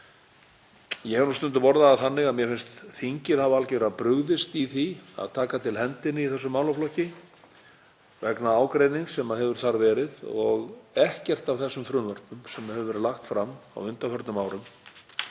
Ég hef stundum orðað það þannig að mér finnst þingið hafa algerlega brugðist í því að taka til hendinni í þessum málaflokki vegna ágreinings sem þar hefur verið og ekkert af þessum frumvörpum sem hafa verið lögð fram á undanförnum árum,